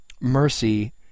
Mercy